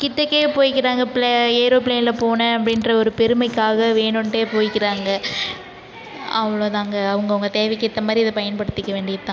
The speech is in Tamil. கிட்டக்கே போய்க்குறாங்க பிளே ஏரோப்ளேனில் போனேன் அப்படின்ற ஒரு பெருமைக்காக வேனுன்ட்டே போய்க்கிறாங்க அவ்வளோ தாங்க அவங்கவங்க தேவைக்கேற்றாமாதிரி இதை பயன்படுத்திக்க வேண்டியத்தான்